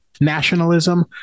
nationalism